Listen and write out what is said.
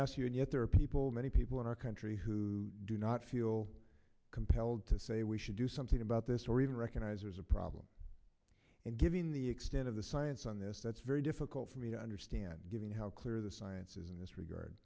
ask you and yet there are people many people in our country who do not feel compelled to say we should do something about this or even recognize there's a problem and given the extent of the science on this that's very difficult for me to understand given how clear the science is in this regard